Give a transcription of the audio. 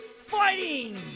fighting